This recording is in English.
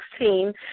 2016